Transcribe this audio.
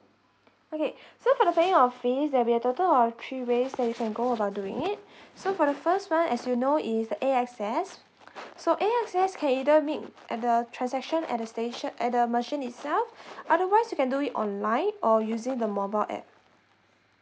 okay so the paying of fees there'll be a total of three ways that you can go about doing it so for the first one as you know is the A_X_S so A_X_S can either meet at the transaction at the station at the machine itself otherwise you can do it online or using the mobile app